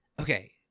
Okay